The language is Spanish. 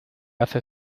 hace